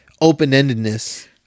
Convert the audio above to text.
open-endedness